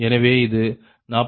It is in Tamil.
எனவே இது 46